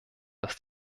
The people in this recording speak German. dass